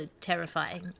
terrifying